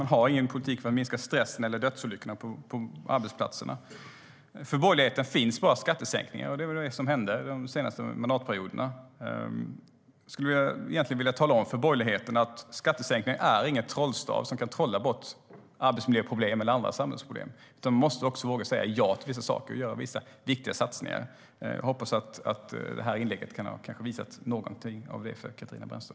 Man har ingen politik för att minska stressen eller dödsolyckorna på arbetsplatserna. För borgerligheten finns bara skattesänkningar, vilket var det som gjordes under de två senaste mandatperioderna. Jag skulle vilja tala om för borgerligheten att skattesänkningar inte är någon trollstav som kan trolla bort arbetsmiljöproblem eller andra samhällsproblem. Vi måste också våga säga ja till vissa saker och göra viktiga satsningar. Jag hoppas att det här inlägget kanske kan ha visat någonting av det för Katarina Brännström.